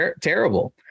terrible